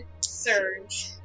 surge